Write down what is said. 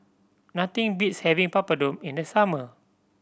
nothing beats having Papadum in the summer